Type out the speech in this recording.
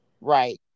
right